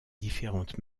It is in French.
différentes